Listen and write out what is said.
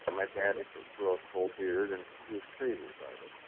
my daddy grew up whole beard and he was crazy about it.